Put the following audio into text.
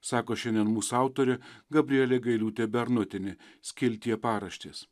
sako šiandien mūsų autorė gabrielė gailiūtė bernotienė skiltyje paraštės